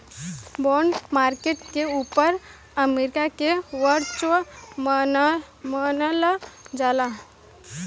bond market के ऊपर America के वर्चस्व मानल जाला